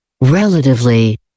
Relatively